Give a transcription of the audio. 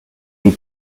you